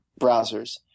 browsers